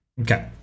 Okay